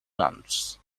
nuns